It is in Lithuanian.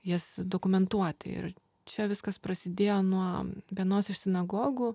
jas dokumentuoti ir čia viskas prasidėjo nuo vienos iš sinagogų